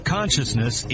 Consciousness